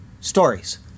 stories